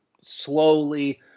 slowly